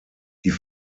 die